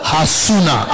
Hasuna